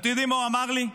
אתם יודעים מה הוא אמר לי?